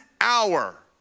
hour